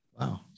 Wow